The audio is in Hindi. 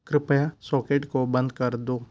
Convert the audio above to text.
कृपया सॉकेट को बंद कर दो